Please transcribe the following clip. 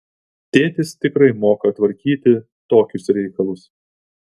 tėtis tikrai moka tvarkyti tokius reikalus